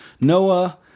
Noah